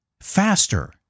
faster